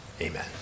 Amen